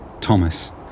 Thomas